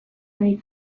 maiz